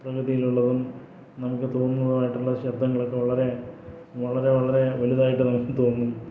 പ്രകൃതിയിലുള്ളതും നമുക്ക് തോന്നുന്നതുമായിട്ടുള്ള ശബ്ദങ്ങളൊക്കെ വളരെ വളരെ വളരെ വലുതായിട്ട് നമുക്ക് തോന്നും